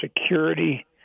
security